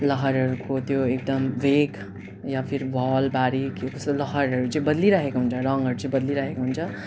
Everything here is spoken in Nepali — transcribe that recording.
लहरहरूको त्यो एकदम वेग या फिर भल बाढी के के यस्तो लहरहरू चाहिँ बद्लिरहेको हुन्छ रङहरू चाहिँ बद्लिरहेको हुन्छ